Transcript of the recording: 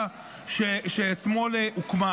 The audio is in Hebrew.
בשדולה שאתמול הוקמה.